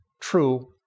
true